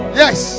yes